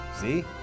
see